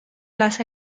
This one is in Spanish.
las